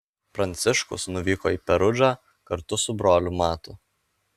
pranciškus nuvyko į perudžą kartu su broliu matu